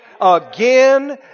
Again